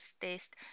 taste